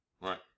Right